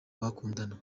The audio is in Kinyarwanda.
bakundana